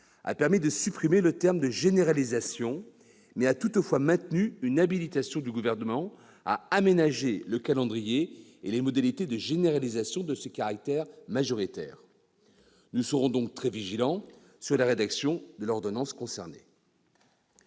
a permis de supprimer le terme de « généralisation », mais a toutefois maintenu une habilitation du Gouvernement à « aménager le calendrier et les modalités de généralisation de ce caractère majoritaire ». Nous serons très vigilants sur la rédaction de l'ordonnance concernée.